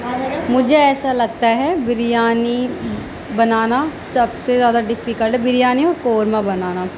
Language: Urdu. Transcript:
مجھے ایسا لگتا ہے بریانی بنانا سب سے زیادہ ڈیفیکلٹ ہے بریانی اور قورمہ بنانا